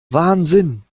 wahnsinn